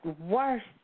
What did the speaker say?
worst